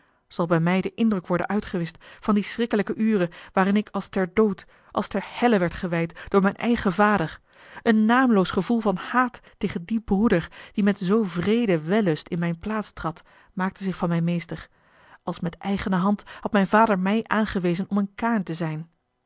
zal bij mij de indruk worden uitgewischt van die schrikkelijke ure waarin ik als ter dood als ter helle werd gewijd door mijn eigen vader een naamloos gevoel van haat tegen dien broeder die met zoo wreeden wellust in mijne plaats trad maakte zich van mij meester als met eigene hand had mijn vader mij aangewezen om een kaïn te zijn